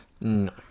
No